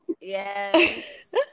Yes